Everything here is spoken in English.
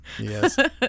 Yes